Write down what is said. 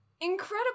Incredible